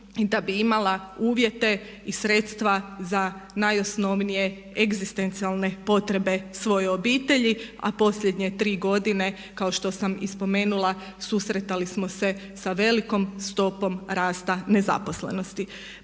da bi imala uvjete i sredstva za najosnovnije egzistencijalne potrebe svoje obitelji. A posljednje tri godine kao što sam i spomenula susretali smo se sa velikom stopom rasta nezaposlenosti.